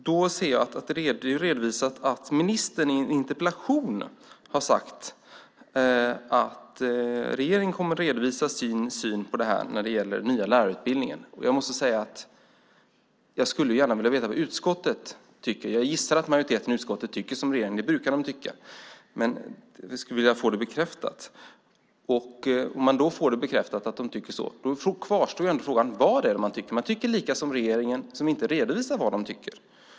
Då såg jag att det är redovisat att ministern i en interpellation har sagt att regeringen kommer att redovisa sin syn på detta när det gäller den nya lärarutbildningen. Jag måste säga att jag gärna skulle vilja veta vad utskottet tycker. Jag gissar att majoriteten i utskottet tycker som regeringen, för det brukar de tycka. Men jag skulle vilja få det bekräftat. Och om jag får bekräftat att de tycker så kvarstår frågan vad det är man tycker. Man tycker på samma sätt som regeringen, som inte redovisar vad de tycker.